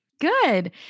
Good